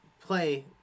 play